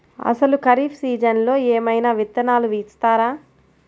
అసలు ఖరీఫ్ సీజన్లో ఏమయినా విత్తనాలు ఇస్తారా?